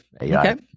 AI